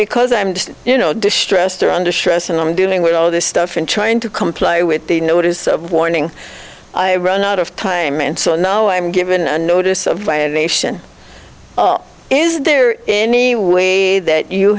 because i'm just you know distressed or under stress and i'm dealing with all this stuff and trying to comply with the notice of warning i run out of time and so no i'm given a notice of violation is there any way that you